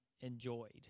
enjoyed